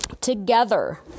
Together